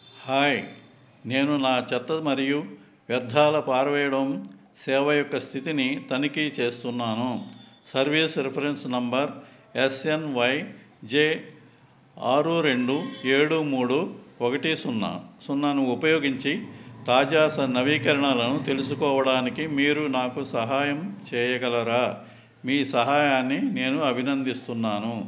hi నేను నా చెత్త మరియు వ్యర్థాల పారవేయడం సేవ యొక్క స్థితిని తనిఖీ చేస్తున్నాను service reference number S N Y J ఆరు రెండు ఏడు మూడు ఒకటి సున్నా సున్నాను ఉపయోగించి తాజా నవీకరణలను తెలుసుకోవడానికి మీరు నాకు సహాయం చేయగలరా మీ సహాయాన్ని నేను అభినందిస్తున్నాను